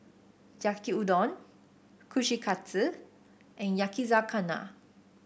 Yaki Udon Kushikatsu and Yakizakana